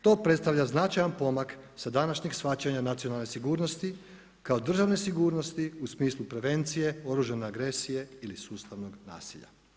To predstavlja značajan korak sa današnjeg shvaćanja nacionalne sigurnosti kao državne sigurnosti u smislu prevencije, oružane agresije ili sustavnog nasilja.